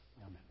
Amen